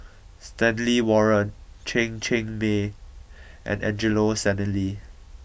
Stanley Warren Chen Chen Mei and Angelo Sanelli